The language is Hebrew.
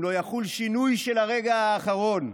אם לא יחול שינוי של הרגע האחרון,